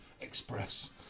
express